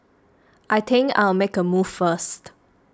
I think I'll make a move first